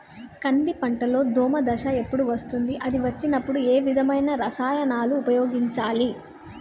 కంది పంటలో దోమ దశ ఎప్పుడు వస్తుంది అది వచ్చినప్పుడు ఏ విధమైన రసాయనాలు ఉపయోగించాలి?